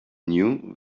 knew